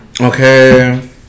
okay